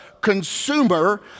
consumer